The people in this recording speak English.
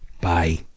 Bye